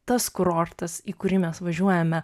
tas kurortas į kurį mes važiuojame